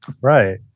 Right